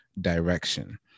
direction